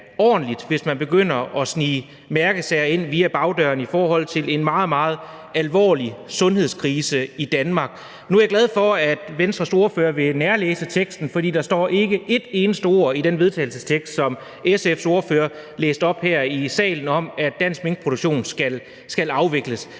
ordentligt, hvis man begynder at snige mærkesager ind ad bagdøren i forhold til en meget, meget alvorlig sundhedskrise i Danmark. Nu er jeg glad for, at Venstres ordfører vil nærlæse teksten, for der står ikke et eneste ord i det forslag til vedtagelse, som SF's ordfører læste op her i salen, om, at dansk minkproduktion skal afvikles.